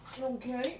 Okay